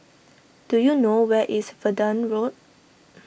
do you know where is Verdun Road